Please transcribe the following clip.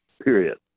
Period